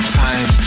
time